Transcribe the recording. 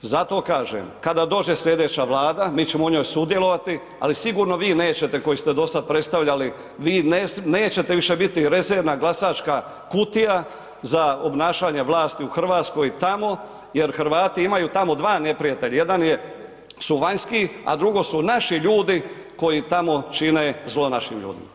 Zato kažem, kada dođe slijedeća Vlada, mi ćemo u njoj sudjelovati, ali sigurno vi nećete koji ste dosad predstavljali, vi nećete više biti rezervna glasačka kutija za obnašanje vlasti u RH i tamo jer Hrvati imaju tamo dva neprijatelja, jedan su vanjski, a drugo su naši ljudi koji tamo čine zlo našim ljudima.